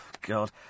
God